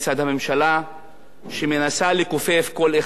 שמנסה לכופף כל אחד שלא הולך בדרכה.